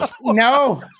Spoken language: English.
No